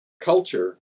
culture